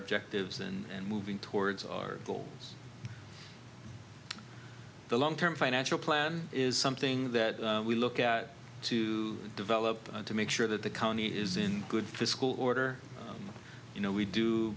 objectives and moving towards our goals the long term financial plan is something that we look at to develop to make sure that the county is in good fiscal order you know we do